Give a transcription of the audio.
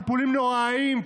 טיפולים נוראיים,